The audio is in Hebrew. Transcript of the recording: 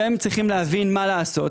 שהם צריכים להבין מה לעשות,